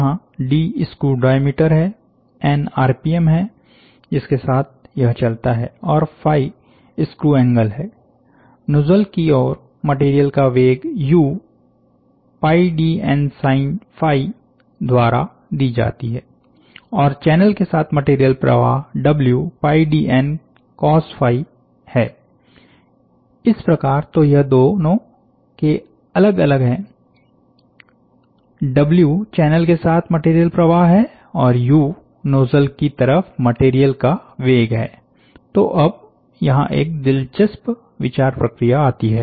जहां D screw diameter है N RPM हैजिसके साथ यह चलता है और स्क्रू एंगल है नोजल की ओर मटेरियल का वेग युपाई डी एन साइनDNSin द्वारा दी जाती है और चैनल के साथ मटेरियल प्रवाह डब्ल्यू पाई डी एनकॉसDNcos है इस प्रकार तो यह दोनों अलग अलग है डब्ल्यू चैनल के साथ मटेरियल प्रवाह है और यु नोजल की तरफ मटेरियल का वेग है तो अब यहां एक दिलचस्प विचार प्रक्रिया आती है